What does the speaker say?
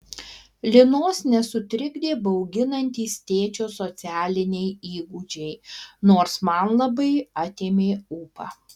linos nesutrikdė bauginantys tėčio socialiniai įgūdžiai nors man labai atėmė ūpą